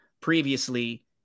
previously